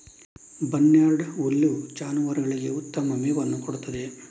barnyard ಹುಲ್ಲು ಜಾನುವಾರುಗಳಿಗೆ ಉತ್ತಮ ಮೇವನ್ನು ಮಾಡುತ್ತದೆ